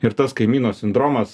ir tas kaimyno sindromas